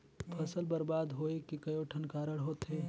फसल बरबाद होवे के कयोठन कारण होथे